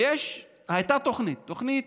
הייתה תוכנית, תוכנית